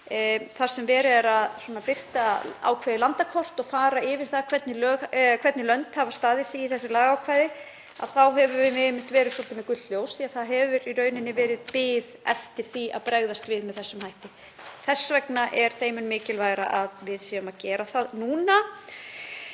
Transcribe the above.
þar sem verið er að birta ákveðið landakort og fara yfir það hvernig lönd hafa staðið sig í þessu lagaákvæði þá höfum við einmitt verið svolítið með gult ljós því að það hefur í rauninni verið bið eftir því að við getum brugðist við með þessum hætti. Þess vegna er þeim mun mikilvægara að við séum að gera það núna.